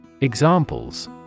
Examples